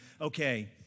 okay